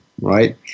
right